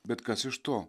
bet kas iš to